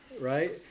Right